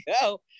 go